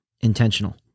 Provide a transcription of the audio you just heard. intentional